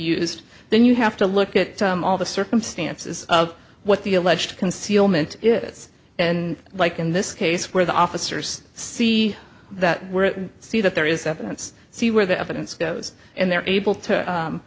used then you have to look at all the circumstances of what the alleged concealment is and like in this case where the officers see that we're see that there is evidence see where the evidence goes and they're able to